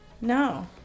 No